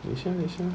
等下等下